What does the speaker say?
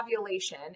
ovulation